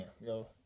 yo